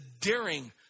daring